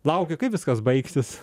laukė kaip viskas baigsis